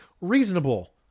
reasonable